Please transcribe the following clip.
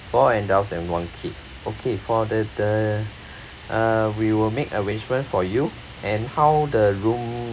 four adults and one kid okay for the the uh we will make arrangement for you and how the room